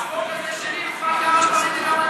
החוק שלי חל גם על נשים וגם על גברים.